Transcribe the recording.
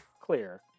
clear